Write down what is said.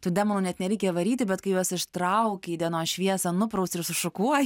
tų demonų net nereikia varyti bet kai juos ištrauki į dienos šviesą nuprausi ir sušukuoji